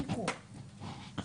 הפקולטה למשפטים,